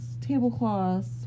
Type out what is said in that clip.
tablecloths